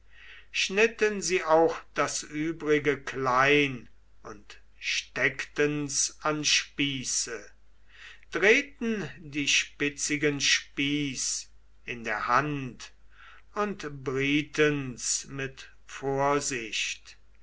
schnitten sie auch das übrige klein und steckten's an spieße drehten die spitzigen spieß in der hand und brieten's mit vorsicht